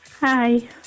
Hi